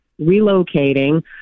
relocating